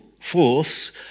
force